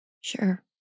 sure